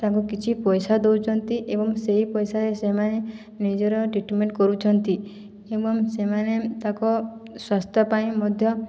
ତାକୁ କିଛି ପଇସା ଦେଉଛନ୍ତି ଏବଂ ସେହି ପଇସାରେ ସେମାନେ ନିଜର ଟ୍ରିଟମେଣ୍ଟ କରୁଛନ୍ତି ଏବଂ ସେମାନେ ତାଙ୍କ ସ୍ୱାସ୍ଥ୍ୟ ପାଇଁ ମଧ୍ୟ